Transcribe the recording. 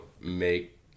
make